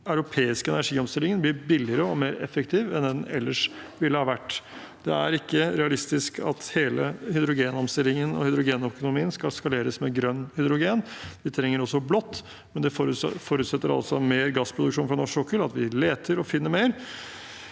den europeiske energiomstillingen blir billigere og mer effektiv enn den ellers ville ha vært. Det er ikke realistisk at hele hydrogenomstillingen og hydrogenøkonomien skal skaleres med grønt hydrogen. Vi trenger også blått, men det forutsetter altså mer gassproduksjon fra norsk sokkel, at vi leter og finner mer,